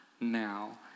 now